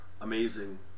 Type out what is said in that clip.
amazing